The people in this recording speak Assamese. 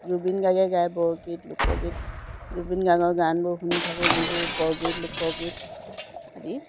জুবিন গাৰ্গে গায় বৰগীত লোকগীত জুবিন গাৰ্গৰ গানবোৰ শুনি থাকোঁ যিবোৰ বৰগীত লোকগীত আদি